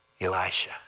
Elisha